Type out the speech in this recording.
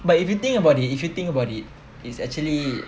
but if you think about it if you think about it is actually